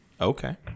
Okay